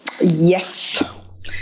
Yes